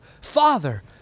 Father